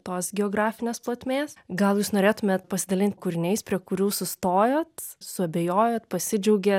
tos geografinės plotmės gal jūs norėtumėt pasidalint kūriniais prie kurių sustojot suabejojot pasidžiaugėt